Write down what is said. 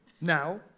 now